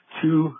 two